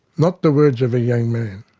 not the words of a young man.